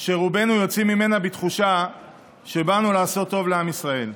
שרובנו יוצאים ממנה בתחושה שבאנו לעשות טוב לעם ישראל.